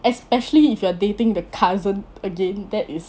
especially if you are dating the cousin again that is